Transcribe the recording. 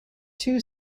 two